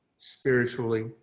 spiritually